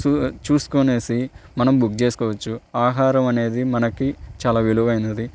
సూ చూసుకుని మనం బుక్ చేసుకోవచ్చు ఆహారం అనేది మనకి చాలా విలువైంది